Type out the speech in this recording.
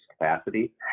capacity